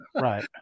right